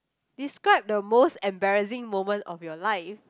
describe the most embarrassing moment of your life